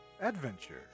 adventure